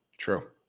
True